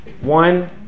one